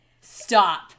Stop